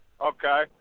Okay